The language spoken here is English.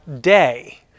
day